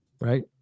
right